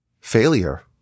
Failure